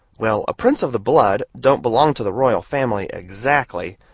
well, a prince of the blood don't belong to the royal family exactly,